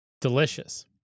Delicious